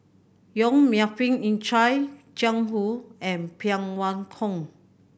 Yong Melvin Yik Chye Jiang Hu and Phan Wait Hong